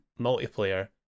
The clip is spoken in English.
multiplayer